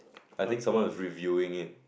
I think someone was reviewing it